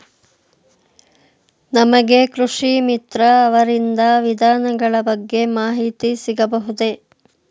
ನಮಗೆ ಕೃಷಿ ಮಿತ್ರ ಅವರಿಂದ ವಿಧಾನಗಳ ಬಗ್ಗೆ ಮಾಹಿತಿ ಸಿಗಬಹುದೇ?